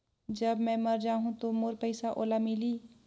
जब मै मर जाहूं तो मोर पइसा ओला मिली?